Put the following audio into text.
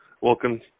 Welcome